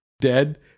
Dead